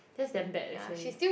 that's damn bad actually